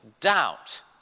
doubt